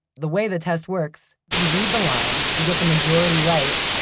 the way the test works, you read the line, you get the majority right,